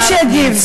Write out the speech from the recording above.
גם יגיב.